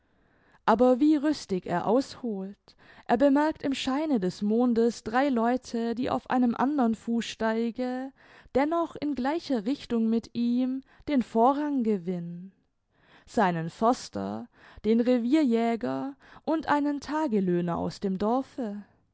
aber wie rüstig er ausholt er bemerkt im scheine des mondes drei leute die auf einem andern fußsteige dennoch in gleicher richtung mit ihm den vorrang gewinnen seinen förster den revierjäger und einen tagelöhner aus dem dorfe